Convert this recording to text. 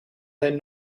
zijn